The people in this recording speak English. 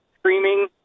screaming